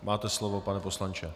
Máte slovo, pane poslanče.